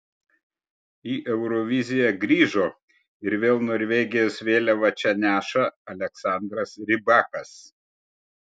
į euroviziją grįžo ir vėl norvegijos vėliavą čia neša aleksandras rybakas